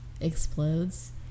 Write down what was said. explodes